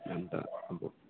अन्त अब